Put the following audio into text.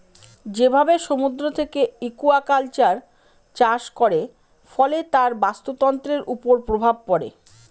যেভাবে সমুদ্র থেকে একুয়াকালচার চাষ করে, ফলে তার বাস্তুতন্ত্রের উপর প্রভাব পড়ে